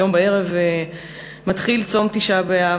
היום בערב מתחיל צום תשעה באב,